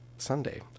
Sunday